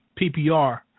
PPR